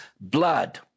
blood